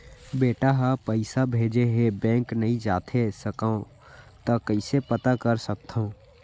बेटा ह पइसा भेजे हे बैंक नई जाथे सकंव त कइसे पता कर सकथव?